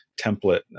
template